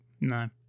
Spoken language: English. No